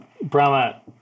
Brahma